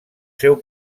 seu